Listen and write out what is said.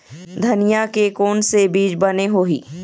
धनिया के कोन से बीज बने होही?